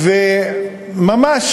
וממש